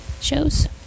shows